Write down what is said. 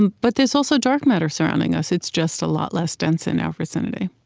but there's also dark matter surrounding us, it's just a lot less dense in our vicinity.